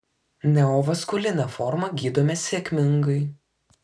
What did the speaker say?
neovaskulinę formą gydome sėkmingai